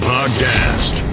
Podcast